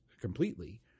completely